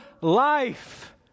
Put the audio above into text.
life